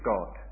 God